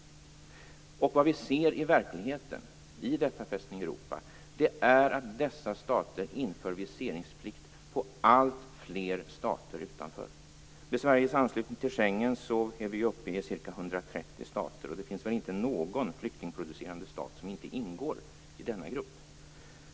Vad vi i verkligheten ser i denna Fästning Europa är att dessa stater inför viseringsplikt vad gäller alltfler utanförliggande stater. Med Sveriges anslutning till Schengen är vi uppe i ca 130 stater, och det finns väl inte någon flyktingproducerande stat som inte ingår i denna grupp.